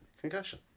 Concussion